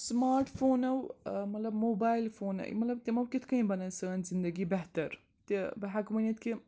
smart فونو مطلب mobile phone مطلب تِمو کِتھ کٔنۍ بَنٲے سٲنۍ زندگی بہتر تہِ بہٕ ہٮ۪کہٕ ؤنِتھ کہِ